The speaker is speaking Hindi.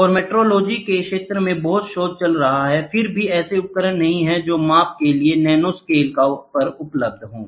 और नैनोमेट्रोलॉजी के क्षेत्र में बहुत शोध चल रहा है फिर भी ऐसे उपकरण नहीं हैं जो माप के लिए नैनोस्केल पर उपलब्ध हो